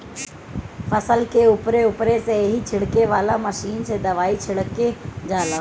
फसल के उपरे उपरे से ही छिड़के वाला मशीन से दवाई छिड़का जाला